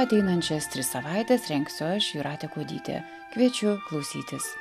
ateinančias tris savaites rengsiu aš jūratė kuodytė kviečiu klausytis